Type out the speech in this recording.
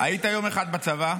היית יום אחד בצבא?